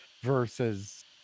versus